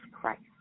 Christ